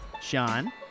Sean